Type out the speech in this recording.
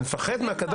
שנפחד?